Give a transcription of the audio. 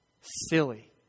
silly